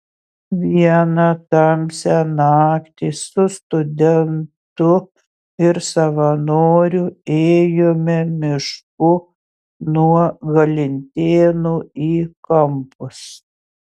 vieną tamsią naktį su studentu ir savanoriu ėjome mišku nuo galintėnų į kampus